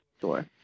Sure